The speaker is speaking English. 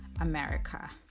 America